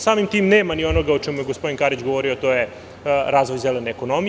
Samim tim, nema ni onoga o čemu je gospodin Karić govorio, a to je razvoj zelene ekonomije.